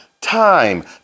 time